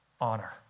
honor